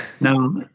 Now